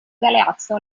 galeazzo